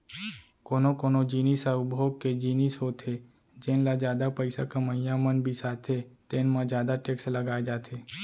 कोनो कोनो जिनिस ह उपभोग के जिनिस होथे जेन ल जादा पइसा कमइया मन बिसाथे तेन म जादा टेक्स लगाए जाथे